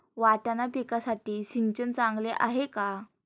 वाटाणा पिकासाठी सिंचन चांगले आहे का?